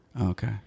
Okay